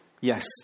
yes